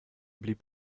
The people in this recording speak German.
blieb